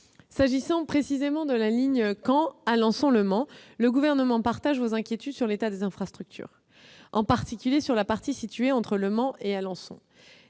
S'agissant de la ligne Caen-Alençon-Le Mans, le Gouvernement partage vos inquiétudes sur l'état des infrastructures, en particulier pour la partie de cette ligne située entre Le Mans et Alençon.